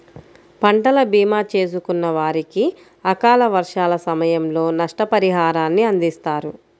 పంటల భీమా చేసుకున్న వారికి అకాల వర్షాల సమయంలో నష్టపరిహారాన్ని అందిస్తారు